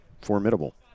formidable